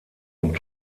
und